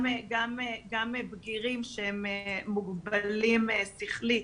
גם בגירים שהם מוגבלים שכלית,